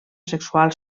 sexual